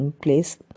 place